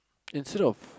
instead of